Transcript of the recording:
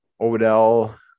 Odell